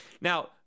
Now